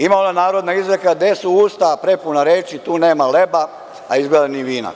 Ima ona narodna izreka „Gde su usta prepuna reči, tu nema leba“, a izgleda ni vina.